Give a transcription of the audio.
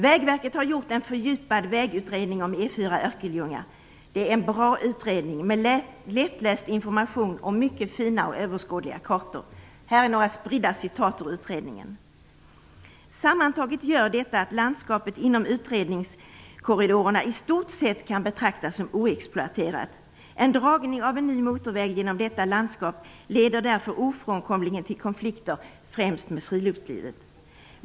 Vägverket har gjort en fördjupad vägutredning om E 4:an i Örkelljunga. Det är en bra utredning, med lättläst information och mycket fina och överskådliga kartor. Här är några spridda referat ur utredningen: Sammantaget gör detta att landskapet inom utredningskorridorerna i stort sett kan betraktas som oexploaterat. En dragning av en ny motorväg genom detta landskap leder därför ofrånkomligen till konflikter, främst med friluftslivet.